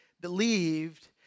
believed